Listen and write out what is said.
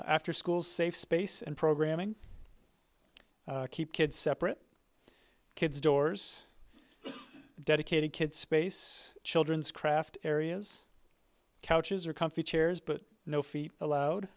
after school safe space and programming keep kids separate kids doors dedicated kids space children's craft areas couches or comfy chairs but no feet allowed